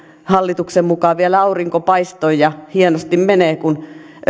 hallituksen mukaan vielä aurinko paistoi ja hienosti menee kun